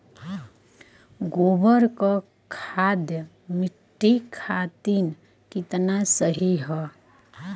गोबर क खाद्य मट्टी खातिन कितना सही ह?